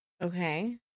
okay